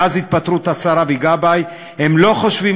מאז התפטרות השר אבי גבאי הם לא חושבים